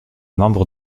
membre